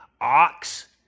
ox